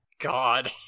God